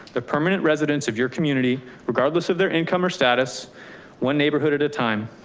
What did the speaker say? the permanent residents of your community regardless of their income or status one neighborhood at a time?